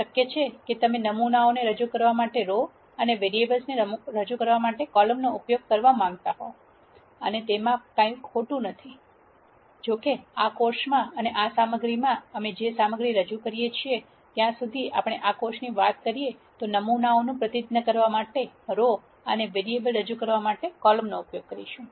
શક્ય છે કે તમે નમૂનાઓ રજૂ કરવા માટે રો અને વેરીએબલ ને રજૂ કરવા માટે કોલમ નો ઉપયોગ કરવા માંગતા હોવ અને તેમાં કંઈપણ ખોટું નથી જો કે આ કોર્સમાં અને આ સામગ્રીમાં અમે જે સામગ્રી રજૂ કરીએ છીએ ત્યાં સુધી આપણે આ કોર્સની વાત કરીએ તો નમૂનાઓનું પ્રતિનિધિત્વ કરવા માટે રો અને વેરીએબલ રજૂ કરવા માટે કોલમ નો ઉપયોગ કરીશું